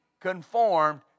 conformed